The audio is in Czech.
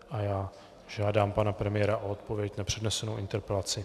A já žádám pana premiéra o odpověď na přednesenou interpelaci.